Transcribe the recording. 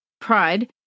Pride